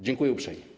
Dziękuję uprzejmie.